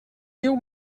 diu